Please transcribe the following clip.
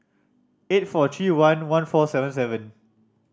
eight four three one one four seven seven